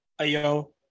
Ayo